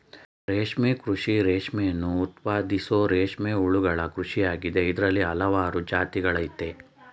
ರೇಷ್ಮೆ ಕೃಷಿ ರೇಷ್ಮೆಯನ್ನು ಉತ್ಪಾದಿಸೋ ರೇಷ್ಮೆ ಹುಳುಗಳ ಕೃಷಿಯಾಗಿದೆ ಇದ್ರಲ್ಲಿ ಹಲ್ವಾರು ಜಾತಿಗಳಯ್ತೆ